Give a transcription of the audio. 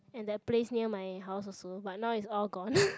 and that place near my house also but now it's all gone